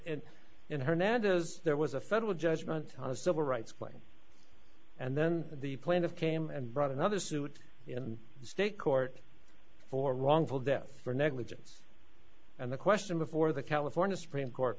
in hernandez there was a federal judgment on a civil rights claim and then the plaintiff came and brought another suit in state court for wrongful death for negligence and the question before the california supreme court